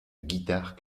guitare